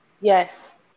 Yes